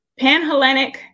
Panhellenic